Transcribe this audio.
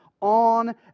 on